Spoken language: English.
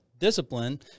Discipline